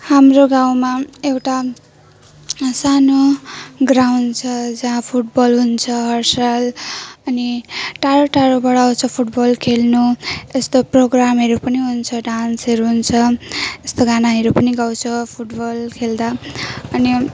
हाम्रो गाउँमा एउटा सानो ग्राउन्ड छ जहाँ फुटबल हुन्छ हर साल अनि टाढो टाढोबाट आउँछ फुटबल खेल्नु यस्तो प्रोग्रामहरू पनि हुन्छ डान्सहरू हुन्छ यस्तो गानाहरू पनि गाउँछ फुटबल खेल्दा अनि